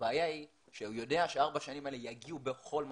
הבעיה היא שהוא יודע שארבע השנים האלה יגיעו בכל מצב.